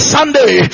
Sunday